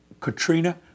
Katrina